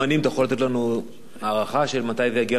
אתה יכול ללתת לנו הערכה מתי זה יגיע לכנסת?